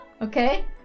Okay